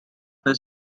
his